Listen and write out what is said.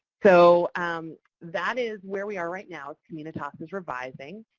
so that is where we are right now. communities is revising.